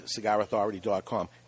CigarAuthority.com